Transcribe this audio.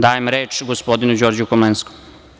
Dajem reč gospodinu Đorđu Komlenskom.